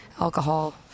alcohol